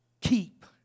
Keep